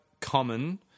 common